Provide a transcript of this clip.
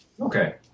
Okay